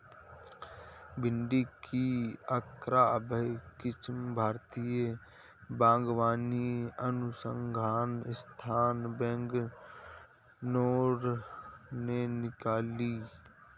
भिंडी की अर्का अभय किस्म भारतीय बागवानी अनुसंधान संस्थान, बैंगलोर ने निकाली